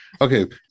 Okay